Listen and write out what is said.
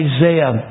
Isaiah